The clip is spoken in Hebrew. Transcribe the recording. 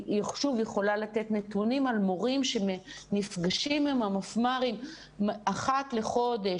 אני שוב יכולה לתת נתונים על מורים שנפגשים עם המפמ"רים אחת לחודש,